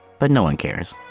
but no one cares!